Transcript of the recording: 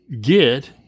get